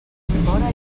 fora